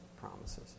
promises